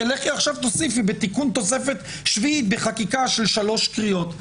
כי לכי עכשיו תוסיפי בתיקון תוספת שביעית בחקיקה של שלוש קריאות.